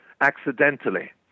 accidentally